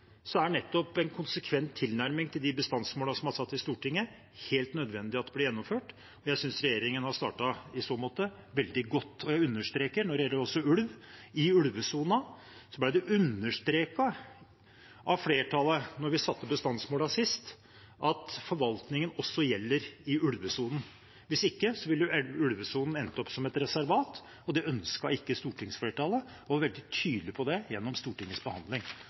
er det helt nødvendig at nettopp en konsekvent tilnærming til de bestandsmålene som er satt i Stortinget, blir gjennomført. Jeg synes regjeringen i så måte har startet veldig godt. Og jeg understreker også når det gjelder ulv i ulvesonen: Det ble understreket av flertallet da vi satte bestandsmålene sist, at forvaltningen også gjelder i ulvesonen. Hvis ikke ville ulvesonen endt opp som et reservat. Det ønsket ikke stortingsflertallet, og man var veldig tydelig på det gjennom Stortingets behandling.